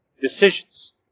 decisions